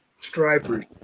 Striper